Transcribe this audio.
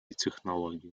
технологии